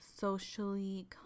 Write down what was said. socially